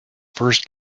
first